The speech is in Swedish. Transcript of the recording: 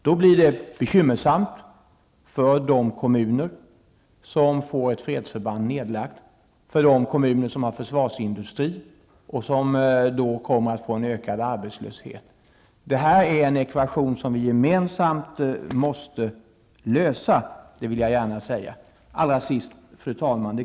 Då blir det bekymmersamt för de kommuner som får ett fredsförband nedlagt och för de kommuner som har försvarsindustri och som då kommer att få en ökad arbetslöshet. Det här är en ekvation som vi gemensamt måste lösa, det vill jag gärna säga. Fru talman!